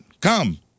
Come